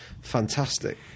fantastic